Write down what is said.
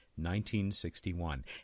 1961